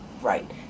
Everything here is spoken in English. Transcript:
right